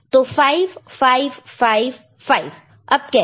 तो 5 5 5 अब कैसे